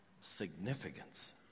significance